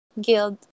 guild